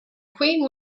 queen